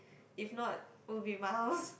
if not will be my house